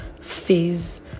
phase